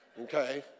okay